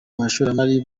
bashoramari